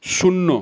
শূন্য